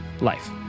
life